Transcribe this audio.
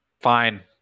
fine